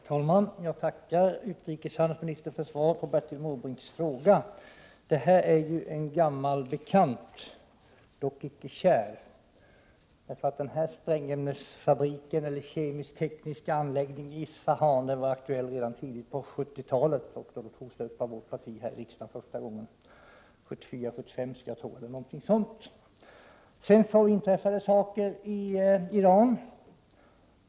Herr talman! Jag tackar utrikeshandelsministern för svaret på Bertil Måbrinks fråga. Detta är ju en gammal bekant, dock icke kär. Denna sprängämnesfabrik eller kemisk-tekniska anläggning i Isfahan var aktuell redan tidigt på 70-talet. Frågan togs upp här i riksdagen av vårt parti första gången omkring 1974-1975. Sedan inträffade saker i Iran.